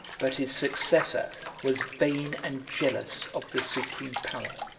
but his successor was vain and jealous of the supreme power,